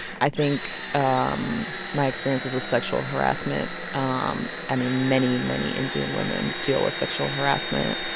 i think um my experiences with sexual harassment um i mean, many, many indian women deal with sexual harassment,